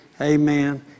Amen